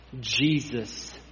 Jesus